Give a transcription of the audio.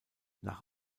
nach